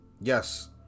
Yes